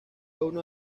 uno